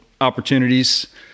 opportunities